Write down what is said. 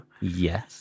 Yes